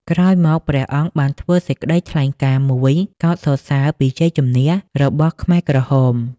ក្រោយមក ព្រះអង្គបានធ្វើសេចក្តីថ្លែងការណ៍មួយកោតសរសើរពីជ័យជម្នះរបស់ខ្មែរក្រហម។